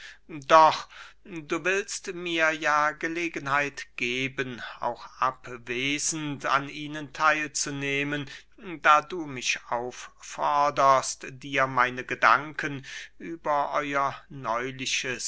doch du willst mir ja gelegenheit geben auch abwesend an ihnen theil zu nehmen da du mich aufforderst dir meine gedanken über euer neuliches